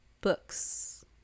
books